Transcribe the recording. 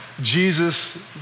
Jesus